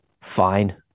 fine